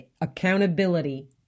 accountability